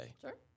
Sure